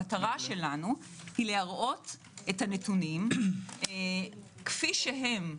המטרה שלנו היא להראות את הנתונים כפי שהם,